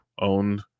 owned